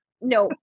No